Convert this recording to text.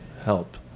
help